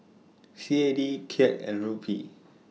C A D Kyat and Rupee